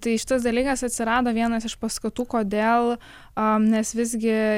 tai šitas dalykas atsirado vienas iš paskatų kodėl a nes visgi